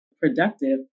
productive